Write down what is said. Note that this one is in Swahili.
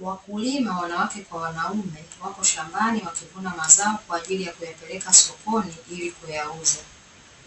Wakulima wanawake kwa wanume wako shambani wakivuna mazao kwa ajili ya kuyapeleka sokoni ili kuyauza.